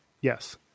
Yes